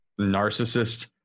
narcissist